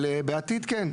אבל בעתיד כן.